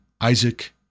Isaac